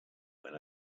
when